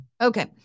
Okay